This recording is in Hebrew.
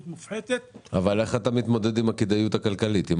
איך אתה מתמודד עם הכדאיות הכלכלית אם